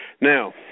now